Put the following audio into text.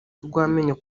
urw’amenyo